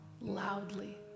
loudly